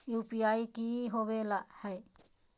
UPI की होबो है?